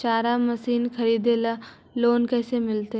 चारा मशिन खरीदे ल लोन कैसे मिलतै?